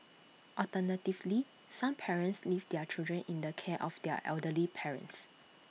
alternatively some parents leave their children in the care of their elderly parents